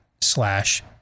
slash